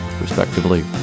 respectively